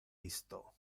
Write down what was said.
isto